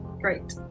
great